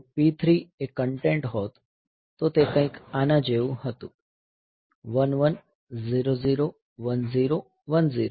જો P3 એ content હોત તો તે કંઈક આના જેવું હતું 1 1 0 0 1 0 1 0